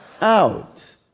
out